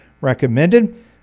recommended